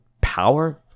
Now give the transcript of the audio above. power